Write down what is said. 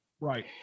right